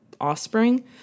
offspring